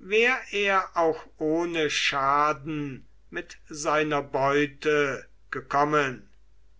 wär er auch ohne schaden mit seiner beute gekommen